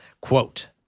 quote